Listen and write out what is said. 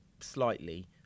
slightly